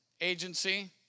Agency